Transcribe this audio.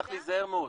צריך להיזהר מאוד.